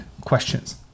questions